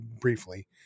briefly—